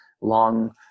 long